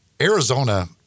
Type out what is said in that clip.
Arizona